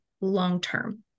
long-term